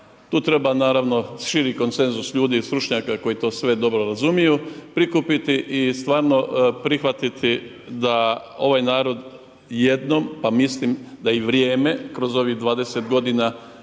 tu treba naravno širi konsenzus ljudi, stručnjaka koji to sve dobro razumiju, prikupiti i stvarno prihvatiti da ovaj narod jednom, pa mislim da je i vrijeme kroz ovih 20 godina